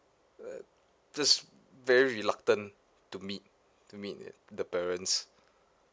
uh just very reluctant to meet to meet the parents